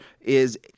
is-